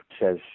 says